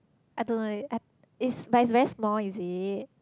I don't know leh I but it's very small is it